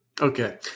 Okay